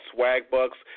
Swagbucks